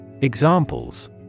Examples